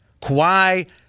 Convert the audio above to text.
Kawhi